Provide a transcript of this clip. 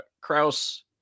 Kraus